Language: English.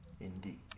Indeed